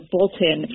Bolton